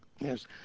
Yes